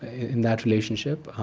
in that relationship.